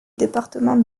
département